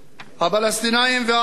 הפלסטינים והערבים,